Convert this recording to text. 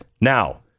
Now